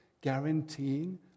guaranteeing